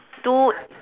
two